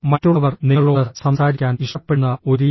മറ്റുള്ളവർ നിങ്ങളോട് സംസാരിക്കാൻ ഇഷ്ടപ്പെടുന്ന ഒരു രീതി